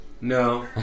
No